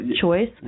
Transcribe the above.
choice